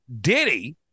Diddy